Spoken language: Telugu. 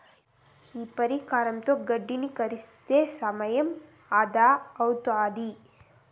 ఈ పరికరంతో గడ్డిని కత్తిరించే సమయం ఆదా అవుతాది